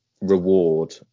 reward